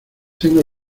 tengo